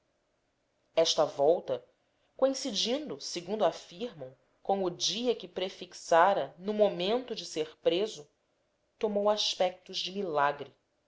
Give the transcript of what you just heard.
esta volta coincidindo segundo afirmam com o dia que prefixara no momento de ser preso tomou aspectos de milagre